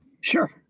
Sure